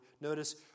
Notice